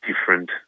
different